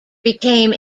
became